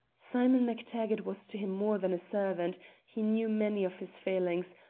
simon mactaggart was to him more than a servant he knew many of his failings,